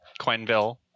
Quenville